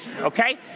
okay